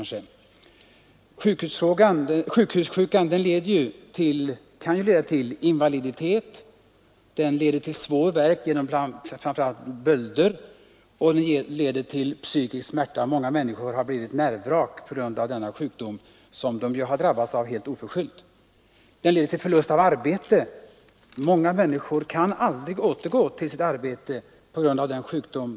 Sjukhussjukan kan leda till invaliditet, den orsakar svår värk, framför allt genom bölder, den ger psykisk smärta — många människor har blivit nervvrak på grund av denna sjukdom, som de har drabbats av helt oförskyllt. Den leder till förlust av arbete — många människor kan aldrig återgå till sitt arbete sedan de fått denna sjukdom.